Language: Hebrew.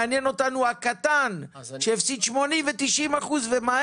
מעניין אותנו הקטן שהפסיד 90%. ולא